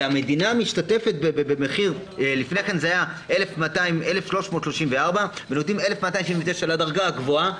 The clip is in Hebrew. והמדינה משתתפת לפני כן זה היה 1,334. נותנים 1,279 לדרגה הגבוהה.